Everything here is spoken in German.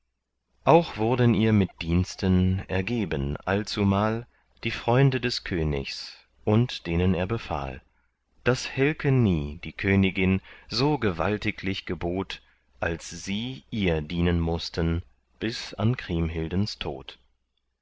auch wurden ihr mit diensten ergeben allzumal die freunde des königs und denen er befahl daß helke nie die königin so gewaltiglich gebot als sie ihr dienen mußten bis an kriemhildens tod